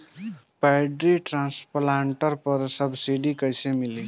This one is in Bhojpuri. पैडी ट्रांसप्लांटर पर सब्सिडी कैसे मिली?